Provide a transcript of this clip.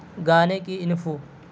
گانے کی انفو